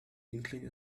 inkling